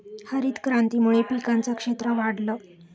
हरितक्रांतीमुळे पिकांचं क्षेत्र वाढलं